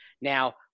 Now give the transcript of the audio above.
Now